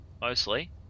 mostly